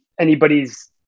anybody's